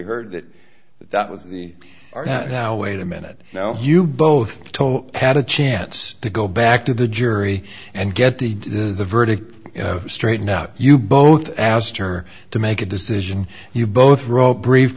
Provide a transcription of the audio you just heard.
heard that that was the are not now wait a minute now you both had a chance to go back to the jury and get the the verdict straight now you both asked her to make a decision you both wrote brief